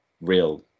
real